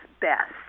best